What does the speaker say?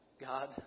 God